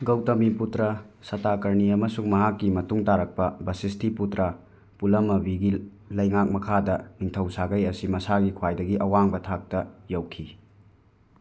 ꯒꯧꯇꯃꯤꯄꯨꯇ꯭ꯔ ꯁꯥꯇꯀꯥꯔꯅꯤ ꯑꯃꯁꯨꯡ ꯃꯍꯥꯛꯀꯤ ꯃꯇꯨꯡ ꯇꯥꯔꯛꯄ ꯚꯥꯁꯤꯁꯇꯤꯄꯨꯇ꯭ꯔ ꯄꯨꯂꯃꯚꯤꯒꯤ ꯂꯩꯉꯥꯛ ꯃꯈꯥꯗ ꯅꯤꯡꯊꯧ ꯁꯥꯒꯩ ꯑꯁꯤ ꯃꯁꯥꯒꯤ ꯈ꯭ꯋꯥꯏꯗꯒꯤ ꯑꯋꯥꯡꯕ ꯊꯥꯛꯇ ꯌꯧꯈꯤ